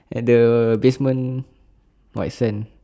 at the basement white sands